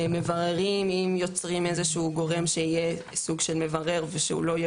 מבררים אם יוצרים איזשהו גורם שיהיה סוג של מברר ושהוא לא יהיה